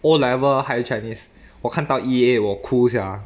O level higher chinese 我看到 E eight 我哭 sia